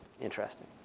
interesting